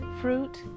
fruit